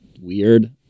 weird